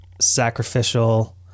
sacrificial